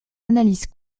analyse